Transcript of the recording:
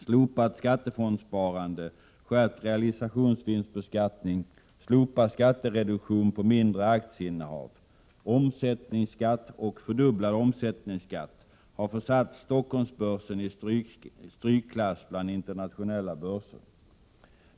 Slopat skattefondssparande, skärpt realisationsvinstbeskattning, slopad skattereduktion på mindre aktieinnehav, omsättningsskatt och fördubblad omsättningsskatt har försatt Stockholmsbörsen i strykklass bland internationella börser.